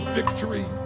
victory